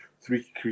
three